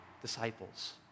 disciples